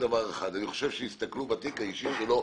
חושב שיסתכלו בתיק האישי שלו,